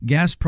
Gas